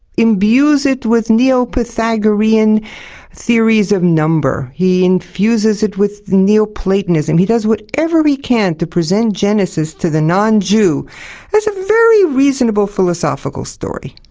imbues it with neo-pythagorean theories of number. he infuses it with neo-platonism. he does whatever he can to present genesis to the non-jew as a very reasonable philosophical story.